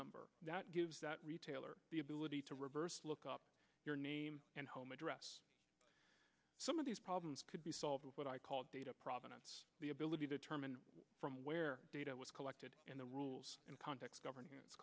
number that gives that retailer the ability to reverse look up your name and home address some of these problems could be solved with what i call data provenance the ability to determine from where data was collected in the rules and context govern